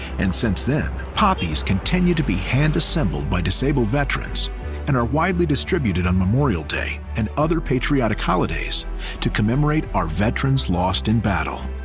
and since then, poppies continue to be hand assembled by disabled veterans and are widely distributed on memorial day and other patriotic holidays to commemorate our veterans lost in battle.